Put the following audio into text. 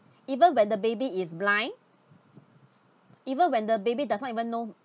even when the baby is blind even when the baby does not even know